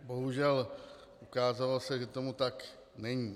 Bohužel se ukázalo, že tomu tak není.